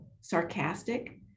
sarcastic